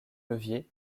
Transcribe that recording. levier